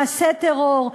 מעשה טרור,